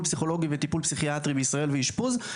פסיכולוגי וטיפול פסיכיאטרי בישראל ואשפוז.